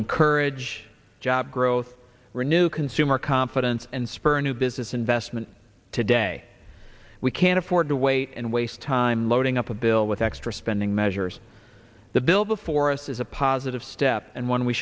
encourage job growth renew consumer confidence and spur new business investment today we can't afford to wait and waste time loading up a bill with extra spending measures the bill before us is a positive step and one we